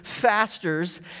fasters